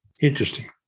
Interesting